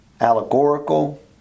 allegorical